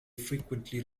frequently